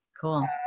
Cool